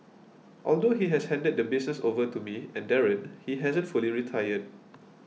although he has handed the business over to me and Darren he hasn't fully retired